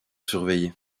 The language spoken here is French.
surveillé